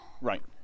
Right